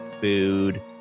food